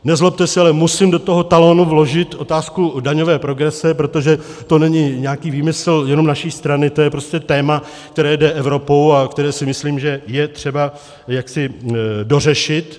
Nezlobte se, ale musím do toho talonu vložit otázku daňové progrese, protože to není nějaký výmysl jenom naší strany, to je prostě téma, které jde Evropou a které si myslím, že je třeba dořešit.